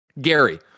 gary